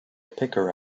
picker